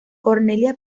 cornelia